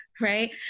right